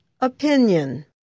opinion